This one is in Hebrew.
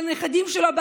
לנכדים שלו,